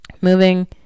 moving